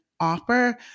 offer